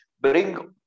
bring